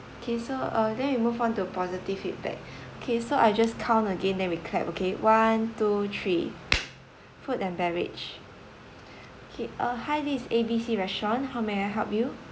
okay so uh then we move on to positive feedback okay so I'll just count again then we clap okay one two three food and beverage okay uh hi this is A B C restaurant how may I help you